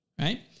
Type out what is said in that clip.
Right